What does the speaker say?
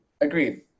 agreed